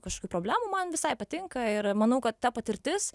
kažkokių problemų man visai patinka ir manau kad ta patirtis